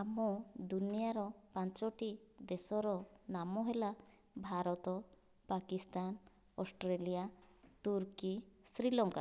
ଆମ ଦୁନିଆଁର ପାଞ୍ଚଟି ଦେଶର ନାମ ହେଲା ଭାରତ ପାକିସ୍ତାନ ଅଷ୍ଟ୍ରେଲିଆ ତୁର୍କୀ ଶ୍ରୀଲଙ୍କା